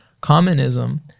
communism